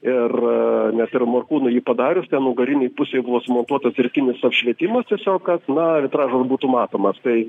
ir net ir morkūnui jį padarius ten nugarinėj pusėj buvo sumontuotas dirbtinis apšvietimas tiesiog kad na vitražas būtų matomas tai